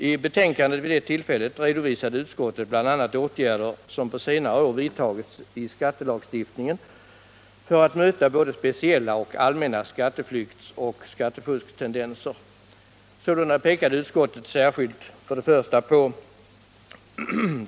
I betänkandet vid det tillfället redovisade utskottet bl.a. åtgärder som på senare tid vidtagits i skattelagstiftningen för att möta både speciella och allmänna skatteflyktsoch skattefusktendenser. Sålunda pekade utskottet särskilt på: 1.